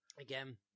Again